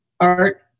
art